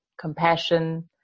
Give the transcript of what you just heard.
compassion